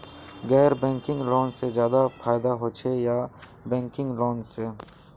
गैर banking loan से ज्यादा फायदा होचे या बैंकिंग लोन से?